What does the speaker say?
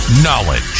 Knowledge